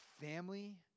family